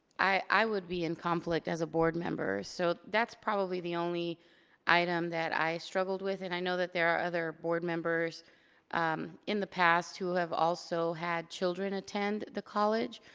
i would be in conflict as a board member. so that's probably the only item that i struggled with and i know that there are other board members in the past who have also had children attend the college.